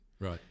Right